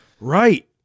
Right